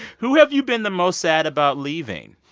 who have you been the most sad about leaving.